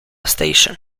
station